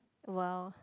!wow!